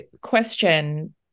question